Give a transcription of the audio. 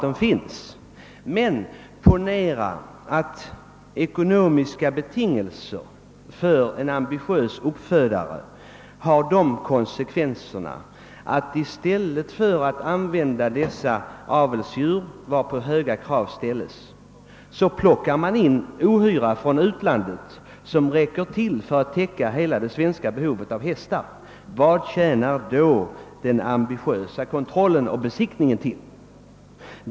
Men man må betänka de ekonomiska konsekvenserna för en ambitiös uppfödare av att man i stället för att använda avelsdjur som uppfyller höga krav tar in ohyra från utlandet, som räcker för att täcka hela det svenska behovet av hästar. Vilket syfte tjänar då den ambitiösa kontrollen och besiktningen?